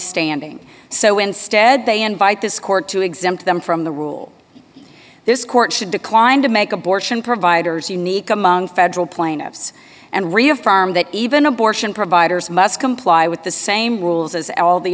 standing so instead they invite this court to exempt them from the rule this court should decline to make abortion providers unique among federal plaintiffs and reaffirm that even abortion providers must comply with the same rules as all the